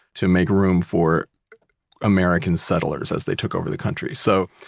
to make room for american settlers as they took over the country. so,